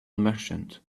merchant